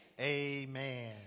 amen